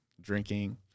Drinking